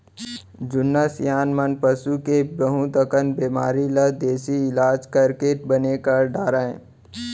जुन्ना सियान मन पसू के बहुत अकन बेमारी ल देसी इलाज करके बने कर डारय